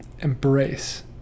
embrace